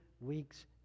weeks